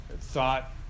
thought